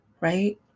right